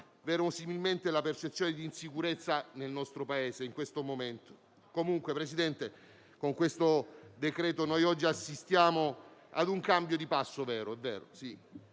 verosimilmente la percezione di insicurezza nel nostro Paese in questo momento. Comunque, signor Presidente, con questo decreto-legge noi oggi assistiamo a un cambio di passo vero: